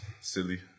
Silly